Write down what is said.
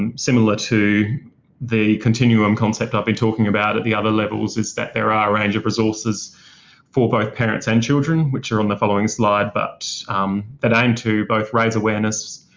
um similar to the continuum concept i've been talking about at the other levels, is that there are a range of resources for both parents and children, which are on the following slide. but that aimed to both raise awareness